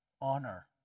Honor